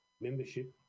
membership